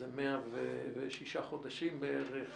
אז זה 100 שנים ושישה חודשים בערך.